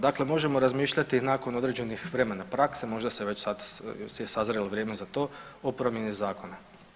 Dakle, možemo razmišljati nakon određenih vremena prakse, možda se već sad je sazrjelo vrijeme za to, o promjeni zakona.